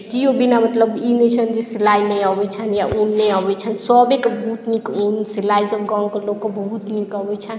कियो बिना मतलब ई नहि छथिन सिलाइ नहि अबैत छनि या ऊन नहि अबैत छनि सभेकेँ बहुत नीक ऊन सिलाइसभ गामके लोककेँ बहुत नीक अबैत छनि